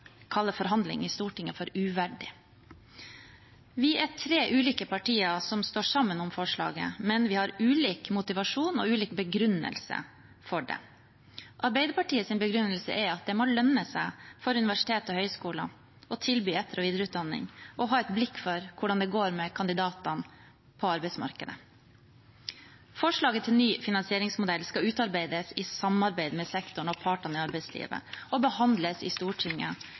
forhandling i Stortinget for uverdig. Vi er tre ulike partier som står sammen om forslaget, men vi har ulik motivasjon og ulik begrunnelse for det. Arbeiderpartiets begrunnelse er at det må lønne seg for universiteter og høyskoler å tilby etter- og videreutdanning og ha et blikk for hvordan det går med kandidatene på arbeidsmarkedet. Forslaget til ny finansieringsmodell skal utarbeides i samarbeid med sektoren og partene i arbeidslivet og behandles i Stortinget